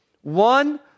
one